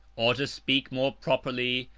or, to speak more properly,